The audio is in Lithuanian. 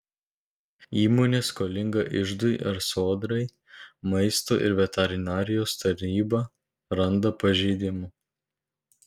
įmonė skolinga iždui ar sodrai maisto ir veterinarijos tarnyba randa pažeidimų